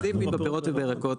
ספציפית בפירות ובירקות,